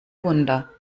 wunder